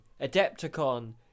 Adepticon